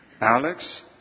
Alex